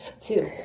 Two